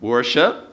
Worship